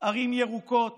ערים ירוקות